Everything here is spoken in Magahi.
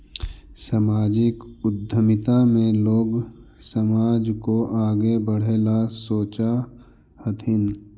सामाजिक उद्यमिता में लोग समाज को आगे बढ़े ला सोचा हथीन